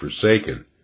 forsaken